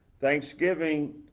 Thanksgiving